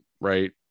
right